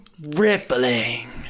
Rippling